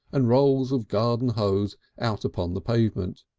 and rolls of garden hose out upon the pavement.